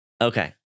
Okay